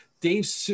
Dave